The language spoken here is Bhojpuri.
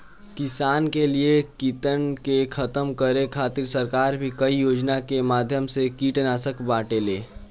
किसानन के लिए कीटन के खतम करे खातिर सरकार भी कई योजना के माध्यम से कीटनाशक बांटेले